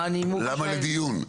אבל למה לדיון?